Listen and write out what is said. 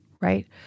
Right